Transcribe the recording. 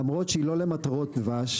למרות שהיא לא למטרות דבש.